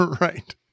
Right